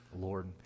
Lord